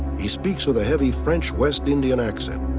he speaks with a heavy french west indian accent.